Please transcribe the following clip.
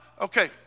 okay